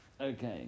Okay